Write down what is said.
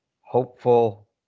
hopeful